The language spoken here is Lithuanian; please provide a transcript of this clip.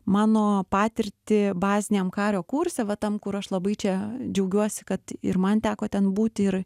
mano patirtį baziniam kario kurse va tam kur aš labai čia džiaugiuosi kad ir man teko ten būti ir